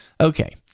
okay